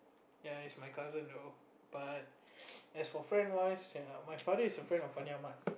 ya is my cousin though but as for friend wise my father is a friends of Fandi-Ahmad